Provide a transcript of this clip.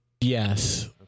Yes